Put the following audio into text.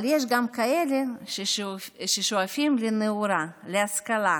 אבל יש גם כאלה ששואפים לנאורות, להשכלה,